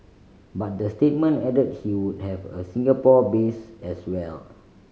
but the statement added he would have a Singapore base as well